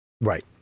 right